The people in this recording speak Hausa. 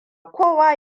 kowa